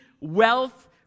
wealth